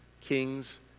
kings